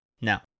Now